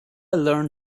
learn